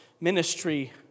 ministry